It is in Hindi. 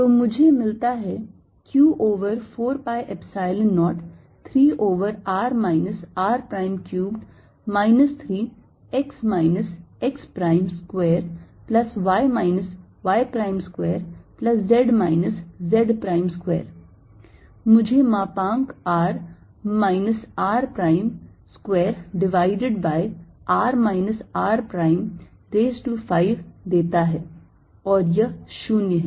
तो मुझे मिलता है q over 4 pi Epsilon 0 3 over r minus r prime cubed minus 3 x minus x primes square plus y minus y prime square plus z minus z prime square मुझे मापांक r minus r prime square divided by r minus r prime raise to 5 देता है और यह 0 है